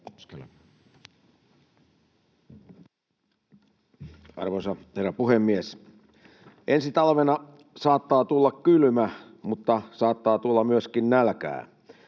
Arvoisa herra puhemies! Ensi talvena saattaa tulla kylmä, mutta saattaa tulla myöskin nälkää.